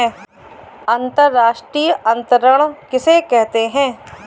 अंतर्राष्ट्रीय अंतरण किसे कहते हैं?